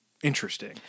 Interesting